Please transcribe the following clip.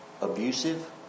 abusive